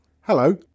hello